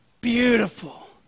beautiful